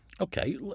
Okay